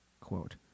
Quote